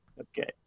Okay